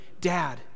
Dad